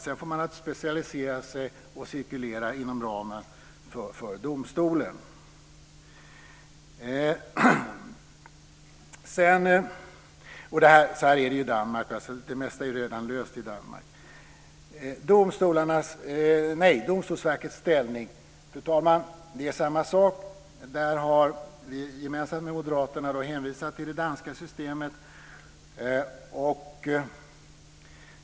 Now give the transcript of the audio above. Sedan får man naturligtvis specialisera sig och cirkulera inom ramen för domstolen. Så är det i Danmark. Det mesta är redan löst i Danmark. Med Domstolsverkets ställning är det samma sak, fru talman. Där har vi gemensamt med moderaterna hänvisat till det danska systemet.